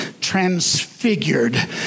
transfigured